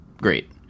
great